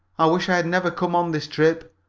i wish i had never come on this trip!